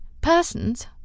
persons